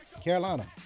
Carolina